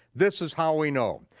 this is how we know,